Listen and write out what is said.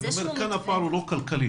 אבל כאן הפער לא כלכלי.